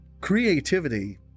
Creativity